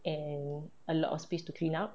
and a lot of space to clean up